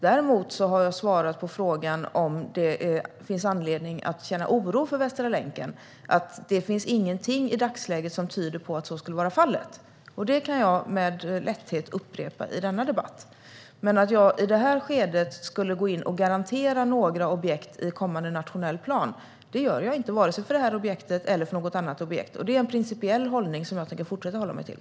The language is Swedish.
Däremot har jag på frågan om det finns anledning att känna oro för Västra länken svarat att det i dagsläget inte finns någonting som tyder på att så skulle vara fallet, och det kan jag med lätthet upprepa i denna debatt. Men i det här skedet går jag inte in och garanterar några objekt i kommande nationell plan, vare sig det här objektet eller något annat objekt. Det är en principiell hållning som jag tänker fortsätta att hålla mig till.